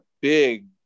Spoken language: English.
big